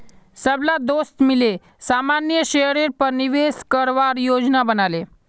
सबला दोस्त मिले सामान्य शेयरेर पर निवेश करवार योजना बना ले